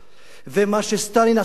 ומה שסטלין עשה לעם שלו.